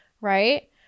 Right